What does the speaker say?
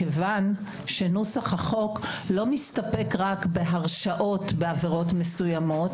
מכיוון שנוסח החוק לא מסתפק רק בהרשעות בעבירות מסוימות